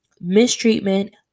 mistreatment